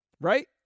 Right